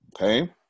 okay